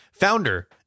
Founder